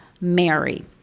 Mary